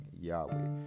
Yahweh